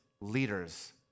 leaders